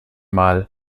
mal